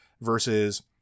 versus